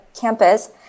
campus